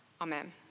Amen